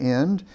end